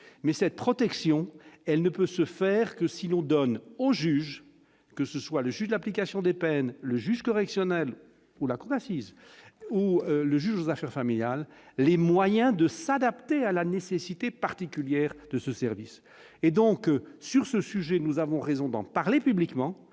mais cette protection, elle ne peut se faire que si l'on donne aux juges, que ce soit le juge d'application des peines, le juge correctionnel ou la Cour d'assise ou le juge aux affaires familiales, les moyens de s'adapter à la nécessité particulière de ce service et donc sur ce sujet : nous avons raison d'en parler publiquement,